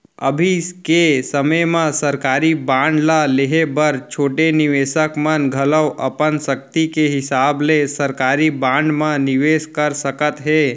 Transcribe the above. अभी के समे म सरकारी बांड ल लेहे बर छोटे निवेसक मन घलौ अपन सक्ति के हिसाब ले सरकारी बांड म निवेस कर सकत हें